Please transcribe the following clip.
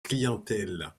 clientèle